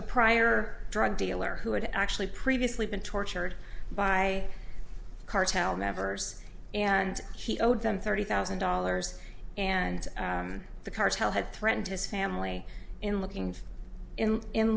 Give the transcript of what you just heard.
a prior drug dealer who had actually previously been tortured by cartel members and he owed them thirty thousand dollars and the cartel had threatened his family in looking in